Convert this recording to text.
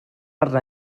arna